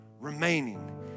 remaining